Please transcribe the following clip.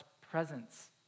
presence